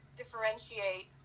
differentiate